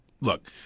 look